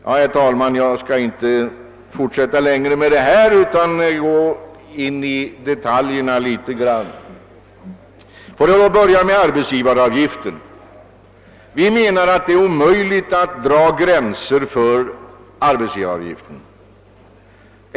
Jag skall emellertid inte nu fortsätta längre med den saken utan i stället litet mera gå in på detaljerna och börjar då med arbetsgivaravgiften. Vi menar att det är omöjligt att dra upp gränser för den avgiften.